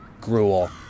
gruel